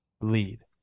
lead